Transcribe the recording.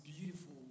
beautiful